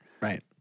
Right